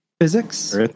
physics